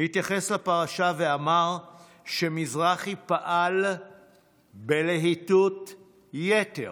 התייחס לפרשה ואמר שמזרחי פעל בלהיטות יתר.